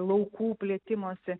laukų plėtimosi